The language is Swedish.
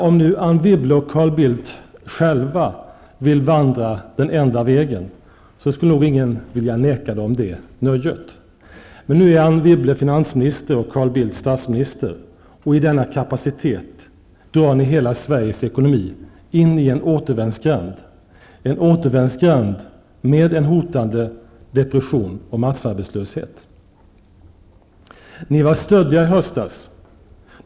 Om nu Anne Wibble och Carl Bildt själva vill vandra den enda vägen, skulle väl ingen vilja neka dem det nöjet. Men nu är Anne Wibble finansminister och Carl Bildt statsminister, och i denna kapacitet drar de hela Sveriges ekonomi in i en återvändsgränd, en återvändsgränd med en hotande depression och massarbetslöshet. Ni var stöddiga i höstas.